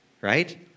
right